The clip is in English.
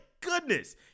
goodness